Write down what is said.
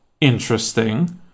interesting